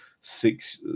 six